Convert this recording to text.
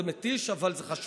זה מתיש, אבל זה חשוב.